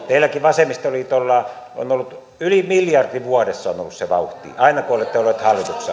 teilläkin vasemmistoliitolla on ollut yli miljardi vuodessa se vauhti aina kun olette olleet hallituksessa